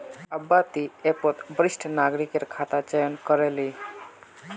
अब्बा ती ऐपत वरिष्ठ नागरिकेर खाता चयन करे ले